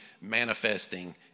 manifesting